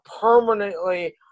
permanently